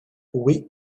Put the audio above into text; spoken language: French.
oui